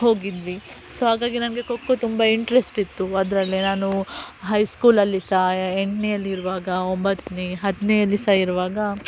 ಹೋಗಿದ್ವಿ ಸೊ ಹಾಗಾಗಿ ನನಗೆ ಖೋಖೋ ತುಂಬ ಇಂಟ್ರೆಸ್ಟ್ ಇತ್ತು ಅದರಲ್ಲೇ ನಾನು ಹೈಸ್ಕೂಲಲ್ಲಿ ಸಹ ಎಂಟನೆಯಲ್ಲಿರುವಾಗ ಒಂಬತ್ತನೇ ಹತ್ತನೆಯ ದಿವ್ಸ ಇರುವಾಗ